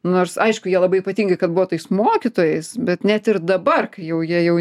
nors aišku jie labai ypatingi kad buvo tais mokytojais bet net ir dabar kai jau jie jau